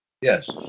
Yes